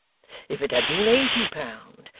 if it had been eighty pound,